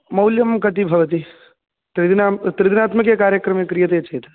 मौल्यं कति भवति त्रिदिनां त्रिदिनात्मके कार्यक्रमे क्रियते चेत्